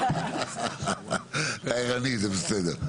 נאמר ככה.